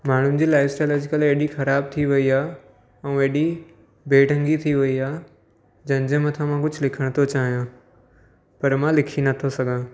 माण्हुनि जी life style अॼुकल्ह एॾी ख़राब थी वई आहे ऐं एॾी बेढंगी थी वई आहे जंहिंजे मथां मां कुझु लिखण थो चाहियां पर मां लिखी नथो सघां